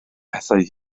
pethau